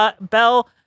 Bell